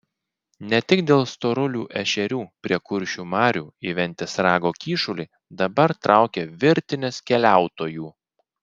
ne tik dėl storulių ešerių prie kuršių marių į ventės rago kyšulį dabar traukia virtinės keliautojų